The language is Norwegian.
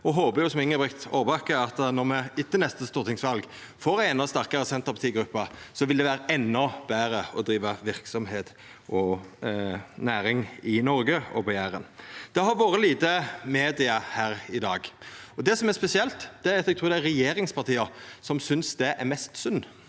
og håpar – som Inge Brigt Aarbakke – at når me etter neste stortingsval får ei endå sterkare Senterpartigruppe, vil det verta endå betre å driva verksemd og næring i Noreg og på Jæren. Det har vore få frå media her i dag. Det som er spesielt, er at eg trur det er regjeringspartia som synest det er mest synd.